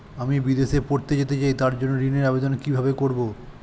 আমি বিদেশে পড়তে যেতে চাই তার জন্য ঋণের আবেদন কিভাবে করব?